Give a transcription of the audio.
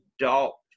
adult